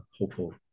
hopeful